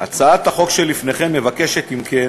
הצעת החוק שלפניכם מבקשת, אם כן,